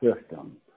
system